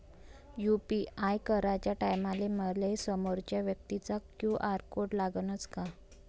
UPI कराच्या टायमाले मले समोरच्या व्यक्तीचा क्यू.आर कोड लागनच का?